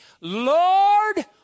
Lord